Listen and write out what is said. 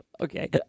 Okay